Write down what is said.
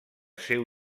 seu